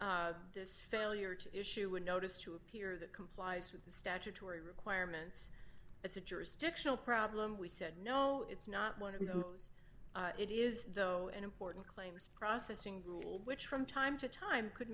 between this failure to issue a notice to appear that complies with the statutory requirements as a jurisdictional problem we said no it's not one of those it is though an important claims processing rule which from time to time could